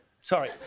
Sorry